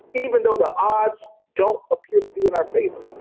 even though the odds don't appear to be in our favor.